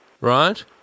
right